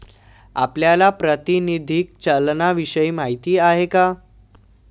आपल्याला प्रातिनिधिक चलनाविषयी माहिती आहे का?